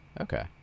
okay